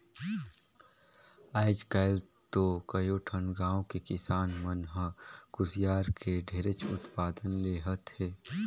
आयज काल तो कयो ठन गाँव के किसान मन ह कुसियार के ढेरेच उत्पादन लेहत हे